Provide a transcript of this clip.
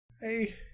Hey